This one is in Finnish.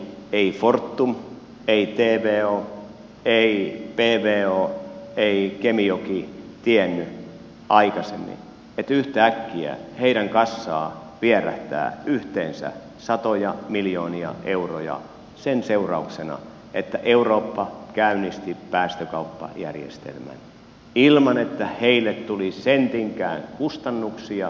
ei fortum ei tvo ei pvo ei kemijoki tiennyt aikaisemmin että yhtäkkiä heidän kassaansa vierähtää yhteensä satoja miljoonia euroja sen seurauksena että eurooppa käynnisti päästökauppajärjestelmän ilman että heille tuli sentinkään kustannuksia